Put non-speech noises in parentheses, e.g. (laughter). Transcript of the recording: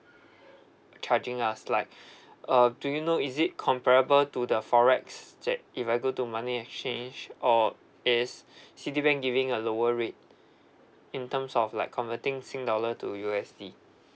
charging us like (breath) uh do you know is it comparable to the forex that if I go to money exchange or is (breath) citibank giving a lower rate in terms of like converting sing dollar to U_S_D